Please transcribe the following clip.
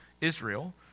Israel